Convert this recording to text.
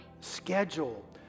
schedule